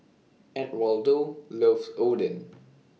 Edwardo loves Oden